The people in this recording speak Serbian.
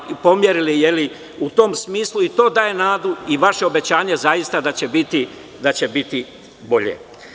Da ste ga pomerili u tom smislu i to daje nadu i vaše obećanje zaista da će biti bolje.